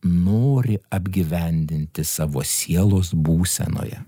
nori apgyvendinti savo sielos būsenoje